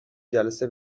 جلسه